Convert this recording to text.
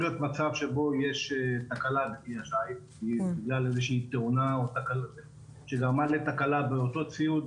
שבו יש תקלה בכלי השיט בגלל איזושהי תאונה שגרמה לתקלה באותו ציוד